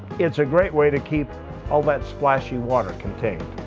it's a great way to keep all that splashy water contained.